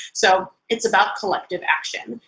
so it's about collective action.